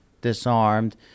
disarmed